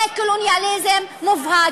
זה קולוניאליזם מובהק,